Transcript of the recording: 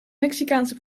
mexicaanse